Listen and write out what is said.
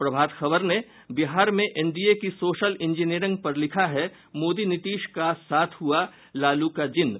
प्रभात खबर ने बिहार में एनडीए की सोशल इंजीनियरिंग पर लिखा है मोदी नीतीश के साथ हुआ लालू का जिन्न